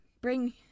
bring